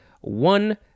one